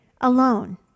alone